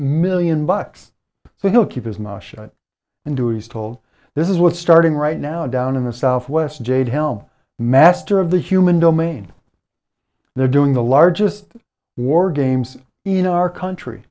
million bucks so he'll keep his mouth shut and do is told this is what's starting right now down in the southwest jade helm master of the human domain they're doing the largest war games in our country